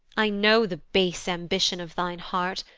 i know the base ambition of thine heart,